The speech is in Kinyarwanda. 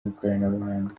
n’ikoranabuhanga